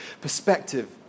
perspective